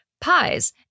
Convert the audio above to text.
pies